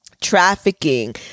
trafficking